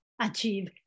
achieve